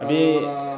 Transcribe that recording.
abeh